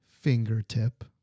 Fingertip